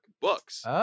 books